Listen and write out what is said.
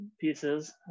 pieces